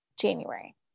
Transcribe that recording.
January